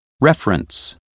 reference